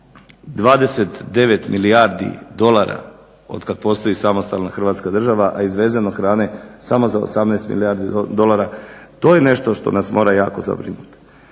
29 milijardi dolara od kad postoji samostalna Hrvatska država, a izvezeno hrane samo za 18 milijardi dolara. To je nešto što nas mora jako zabrinuti.